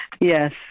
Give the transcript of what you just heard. Yes